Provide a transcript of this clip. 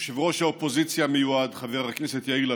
יושב-ראש האופוזיציה המיועד חבר הכנסת יאיר לפיד,